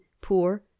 poor